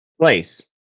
place